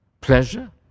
pleasure